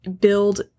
build